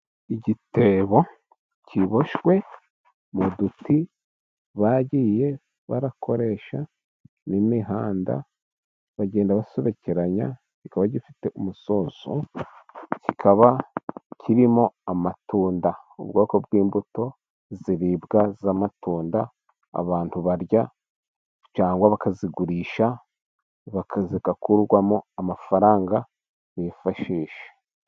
Igitebo kiboshywe mu duti, bagiye barakoresha mo imihanda bagenda basobekeranya, kikaba gifite umusozo, kikaba kirimo amatunda, ubwoko bw'imbuto ziribwa z'amatunda, abantu barya cyangwa bakazigurisha, zigakurwamo amafaranga bifashisha.